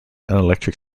electric